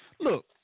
Look